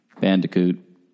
Bandicoot